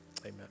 amen